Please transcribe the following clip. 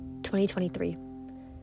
2023